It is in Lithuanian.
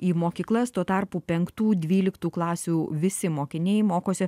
į mokyklas tuo tarpu penktų dvyliktų klasių visi mokiniai mokosi